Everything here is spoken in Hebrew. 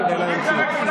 אתה רוצה רשת ביטחון